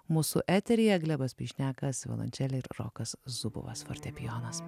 mūsų eteryje glebas pišnekas violončelė ir rokas zubovas fortepijonas